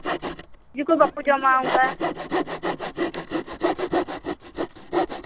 ᱛᱤᱡᱩ ᱠᱚ ᱵᱟᱠᱚ ᱡᱚᱢᱟ ᱚᱱᱠᱟ